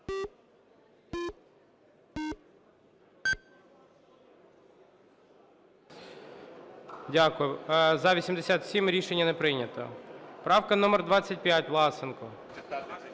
Дякую. За – 87. Рішення не прийнято. Правка номер 25, Власенко.